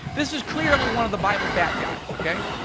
this is clearly one of the bible bad guys, okay.